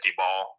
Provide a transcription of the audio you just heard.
ball